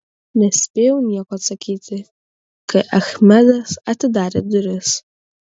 nespėjau nieko atsakyti kai achmedas atidarė duris